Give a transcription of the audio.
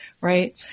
right